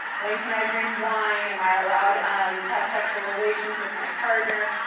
when can i drink wine? am i allowed um to have sexual relations with my partner?